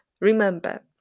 Remember